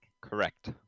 Correct